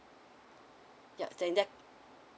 ya in that